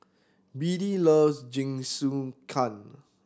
Beadie loves Jingisukan